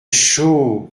chaud